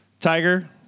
Tiger